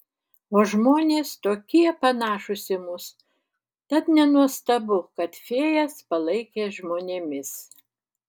o žmonės tokie panašūs į mus tad nenuostabu kad fėjas palaikė žmonėmis